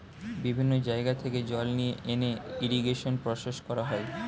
বিভিন্ন জায়গা থেকে জল নিয়ে এনে ইরিগেশন প্রসেস করা হয়